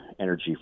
energy